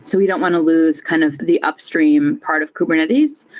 so we don't want to lose kind of the upstream part of kubernetes.